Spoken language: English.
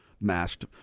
masked